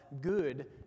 good